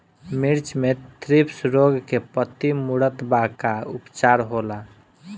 मिर्च मे थ्रिप्स रोग से पत्ती मूरत बा का उपचार होला?